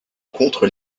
contre